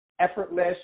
effortless